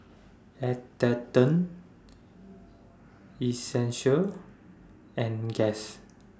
Atherton Essential and Guess